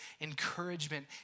encouragement